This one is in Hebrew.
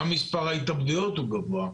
גם מספר ההתאבדויות הוא גבוה.